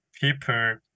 people